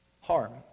harm